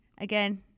again